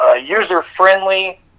user-friendly